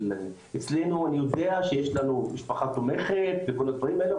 אצלנו אני יודע שיש לנו משפחה תומכת וכל הדברים האלה,